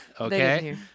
Okay